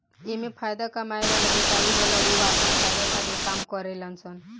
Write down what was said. एमे फायदा कमाए वाला व्यापारी होला उ आपन फायदा खातिर काम करेले सन